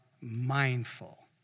mindful